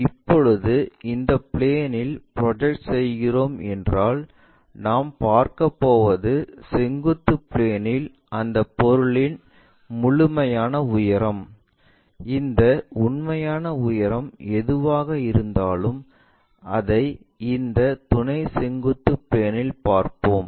இப்போது அந்த பிளேன் இல் ப்ரொஜெக்ட் செய்கிறோம் என்றால் நாம் பார்க்கப்போவது செங்குத்து பிளேன் இல் அந்த பொருளின் முழுமையான உயரம் இந்த உண்மையான உயரம் எதுவாக இருந்தாலும் அதை இந்த துணை செங்குத்து பிளேன்இல் பார்ப்போம்